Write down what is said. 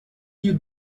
you